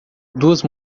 duas